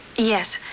yes.